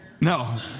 No